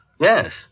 yes